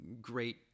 great